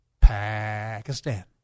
Pakistan